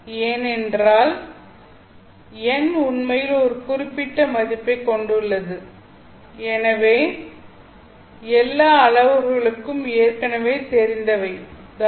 ஏனென்றால் n உண்மையில் ஒரு குறிப்பிட்ட மதிப்பைக் கொண்டுள்ளது ஏனென்றால் எல்லா அளவுறுகளுக்கும் ஏற்கனவே தெரிந்தவை தான்